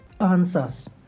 answers